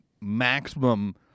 maximum